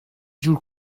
جور